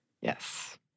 Yes